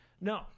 No